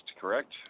correct